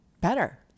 better